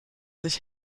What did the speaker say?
sich